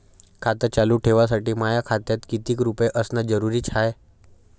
खातं चालू ठेवासाठी माया खात्यात कितीक रुपये असनं जरुरीच हाय?